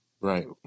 Right